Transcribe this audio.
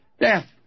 Death